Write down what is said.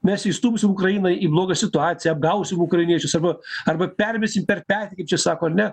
mes įstumsim ukrainą į blogą situaciją apgausim ukrainiečius arba arba permesim per petį kaip čia sako ar ne